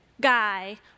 guy